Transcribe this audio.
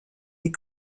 des